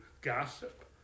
gossip